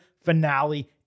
finale